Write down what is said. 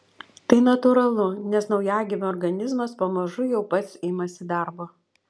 tai natūralu nes naujagimio organizmas pamažu jau pats imasi darbo